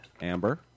Amber